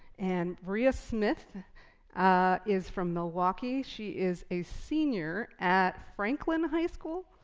and bria smith is from milwaukee. she is a senior at franklin high school.